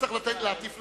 אדוני השר,